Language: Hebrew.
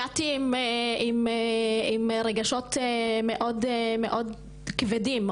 הגעתי עם רגשות מאוד כבדים,